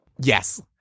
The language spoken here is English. yes